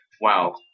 Wow